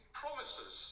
promises